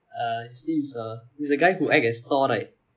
uh his name ah is the guy who act as thor right